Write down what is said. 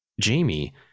Jamie